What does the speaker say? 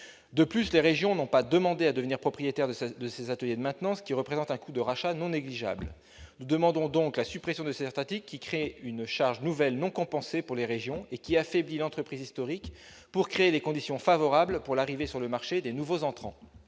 De plus, les régions n'ont pas demandé à devenir propriétaires de ces ateliers de maintenance, dont le coût de rachat est non négligeable. Nous demandons donc la suppression de cet article, qui instaure une charge nouvelle non compensée pour les régions et qui affaiblit l'entreprise historique, pour créer des conditions favorables à l'arrivée sur le marché de nouveaux opérateurs.